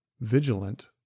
vigilant